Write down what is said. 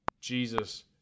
Jesus